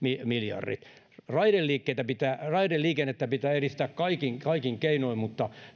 raideliikennettä pitää raideliikennettä pitää edistää kaikin kaikin keinoin mutta